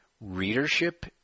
readership